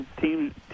team